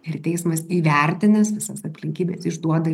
ir teismas įvertinęs visas aplinkybes išduoda